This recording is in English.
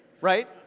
right